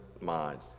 mind